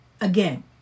again